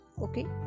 Okay